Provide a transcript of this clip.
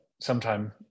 sometime